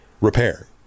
repair